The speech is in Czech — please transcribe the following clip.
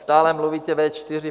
Stále mluvíte V4.